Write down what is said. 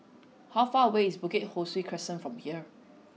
how far away is Bukit Ho Swee Crescent from here